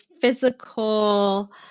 physical